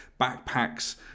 backpacks